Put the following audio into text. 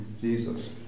Jesus